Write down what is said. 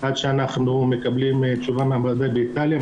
עד שאנחנו מקבלים תשובה מהמעבדה באיטליה,